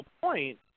point